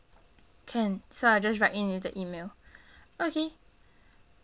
can so I'll just write in with the email okay